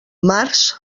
març